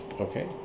Okay